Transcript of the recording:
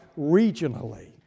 regionally